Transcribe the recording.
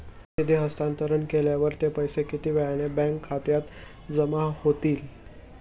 तुम्ही निधी हस्तांतरण केल्यावर ते पैसे किती वेळाने बँक खात्यात जमा होतील?